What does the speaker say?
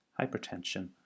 hypertension